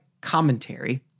commentary